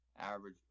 average